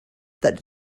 that